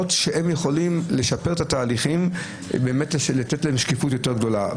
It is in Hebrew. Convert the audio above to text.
הצעות שיכולות לשפר את התהליכים ולתת להם שקיפות יותר גדולה.